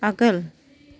आगोल